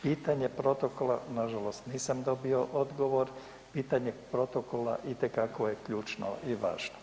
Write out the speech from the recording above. Pitanje protokola nažalost nisam dobio odgovor, pitanje protokola itekako je ključno i važno.